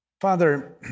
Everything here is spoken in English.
Father